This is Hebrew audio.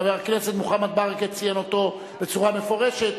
חבר הכנסת מוחמד ברכה ציין אותו בצורה מפורשת,